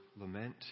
lament